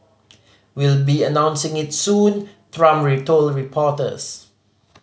we'll be announcing it soon Trump told reporters